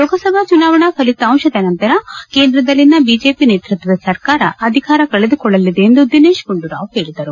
ಲೋಕಸಭಾ ಚುನಾವಣಾ ಫಲಿತಾಂಶದ ನಂತರ ಕೇಂದ್ರದಲ್ಲಿನ ಬಿಜೆಪಿ ನೈತೃತ್ವದ ಸರ್ಕಾರ ಅಧಿಕಾರ ಕಳೆದುಕೊಳ್ಳಲಿದೆ ಎಂದು ದಿನೇಶ್ ಗುಂಡೂರಾವ್ ಹೇಳಿದರು